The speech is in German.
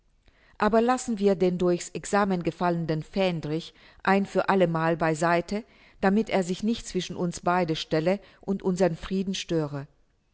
aber lassen wir den durch's examen gefallenen fähndrich ein für allemal bei seite damit er sich nicht zwischen uns beide stelle und unseren frieden störe